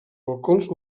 balcons